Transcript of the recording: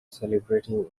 celebrating